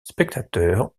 spectateurs